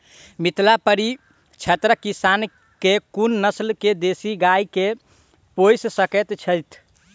मिथिला परिक्षेत्रक किसान केँ कुन नस्ल केँ देसी गाय केँ पोइस सकैत छैथि?